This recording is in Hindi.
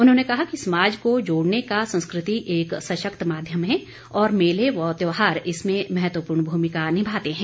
उन्होंने कहा कि समाज को जोड़ने का संस्कृति एक सशक्त माध्यम है और मेले व त्योहार इसमें महत्वपूर्ण भूमिका निभाते हैं